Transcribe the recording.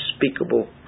unspeakable